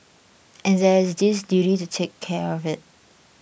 and there is this duty to take care of it